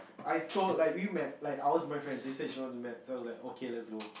I told like we met like I was my friend she said she want to met so I was like okay let's go